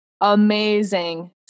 amazing –